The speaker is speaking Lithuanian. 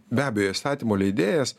be abejo įstatymo leidėjas